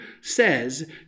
says